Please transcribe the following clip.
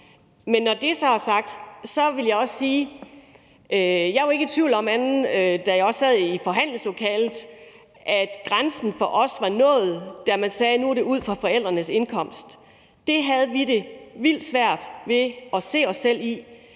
heller ikke, da jeg sad i forhandlingslokalet – at grænsen for os var nået, da man sagde, at det nu var ud fra forældrenes indkomst. Det havde vi det vildt svært ved at se os selv i.